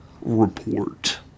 Report